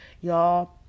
y'all